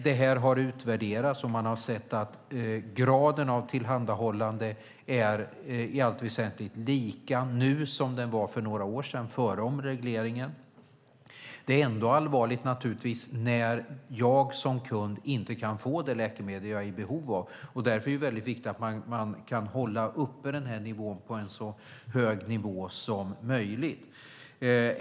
Detta har utvärderats, och man har sett att graden av tillhandahållande är i allt väsentligt lika hög nu som den var för några år sedan, före omregleringen. Det är ändå allvarligt när jag som kund inte kan få det läkemedel jag är i behov av. Därför är det viktigt att hålla en så hög nivå som möjligt.